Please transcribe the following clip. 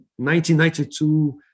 1992